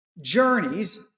Journeys